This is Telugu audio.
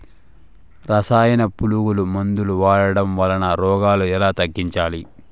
రసాయన పులుగు మందులు వాడడం వలన రోగాలు ఎలా తగ్గించాలి?